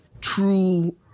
true